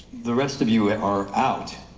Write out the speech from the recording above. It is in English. the rest of you are out.